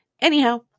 Anyhow